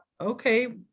okay